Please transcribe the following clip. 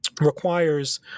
requires